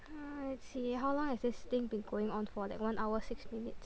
!huh! let's see how long has this thing been going on for like one hour six minutes